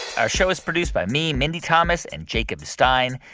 our show was produced by me, mindy thomas and jacob stein.